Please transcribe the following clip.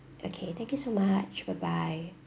okay thank you so much bye bye